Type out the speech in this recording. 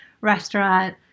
restaurant